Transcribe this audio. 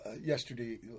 yesterday